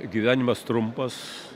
gyvenimas trumpas